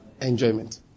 Enjoyment